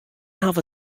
hawwe